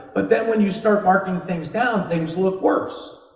but then, when you start marking things down, things look worse.